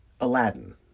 Aladdin